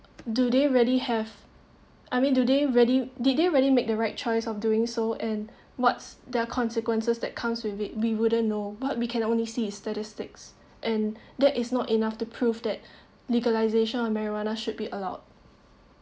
do they really have I mean do they ready did they really make the right choice of doing so and what's their consequences that comes with it we wouldn't know but we can only see statistics and there is not enough to prove that legalization of marijuana should be allowed